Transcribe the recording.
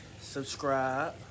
subscribe